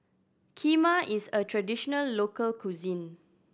kheema is a traditional local cuisine